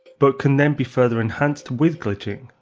but can then be further enhanced with glitching.